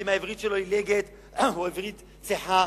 אם העברית שלו עילגת או העברית שלו צחה,